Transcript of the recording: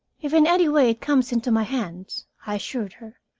if in any way it comes into my hands, i assured her,